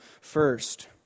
first